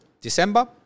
December